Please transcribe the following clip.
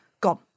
gone